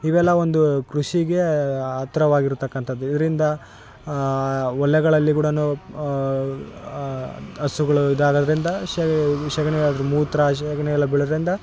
ಇವೆಲ್ಲ ಒಂದು ಕೃಷಿಗೇ ಹತ್ರವಾಗಿರ್ತಕ್ಕಂಥದ್ದು ಇದ್ರಿಂದ ಹೊಲಗಳಲ್ಲಿ ಕೂಡ ಹಸುಗಳ್ ಇದಾಗೋದ್ರಿಂದ ಸಗಣಿ ಅದ್ರ ಮೂತ್ರ ಸಗಣಿ ಎಲ್ಲ ಬಿಳೋದ್ರಿಂದ